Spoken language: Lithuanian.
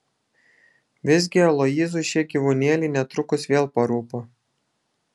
visgi aloyzui šie gyvūnėliai netrukus vėl parūpo